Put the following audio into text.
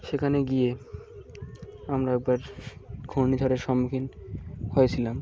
সেখানে গিয়ে আমরা একবার ঘূর্ণিঝড়ের সম্মুখীন হয়েছিলাম